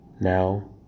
Now